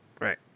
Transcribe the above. right